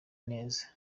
neza